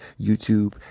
YouTube